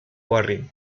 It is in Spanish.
barrio